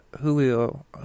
Julio